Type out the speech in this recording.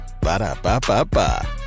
Ba-da-ba-ba-ba